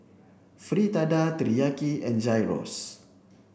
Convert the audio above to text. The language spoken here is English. Fritada Teriyaki and Gyros